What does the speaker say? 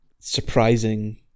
surprising